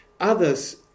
Others